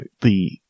the-